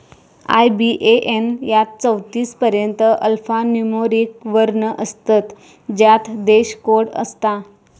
IBAN यात चौतीस पर्यंत अल्फान्यूमोरिक वर्ण असतत ज्यात देश कोड असता